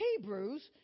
Hebrews